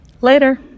Later